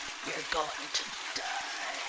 you're going to die,